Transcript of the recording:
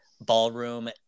ballroom